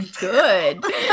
good